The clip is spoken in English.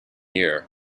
year